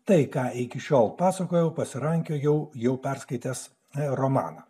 tai ką iki šiol pasakojau pasirankiojau jau perskaitęs romaną